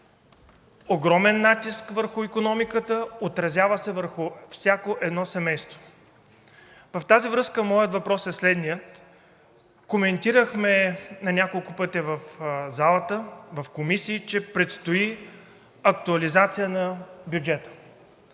огромен натиск върху икономиката, отразява се върху всяко едно семейство. В тази връзка моят въпрос е следният. Коментирахме на няколко пъти в залата, в комисии, че предстои актуализация на бюджета.